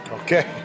Okay